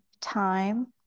time